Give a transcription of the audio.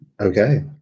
okay